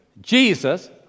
Jesus